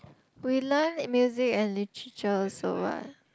we learn music and Literature also what